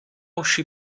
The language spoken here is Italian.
uscì